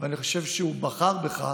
ובחר בך,